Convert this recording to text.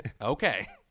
Okay